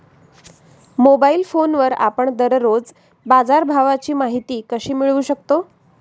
Mobile फोनवर आपण दररोज बाजारभावाची माहिती कशी मिळवू शकतो?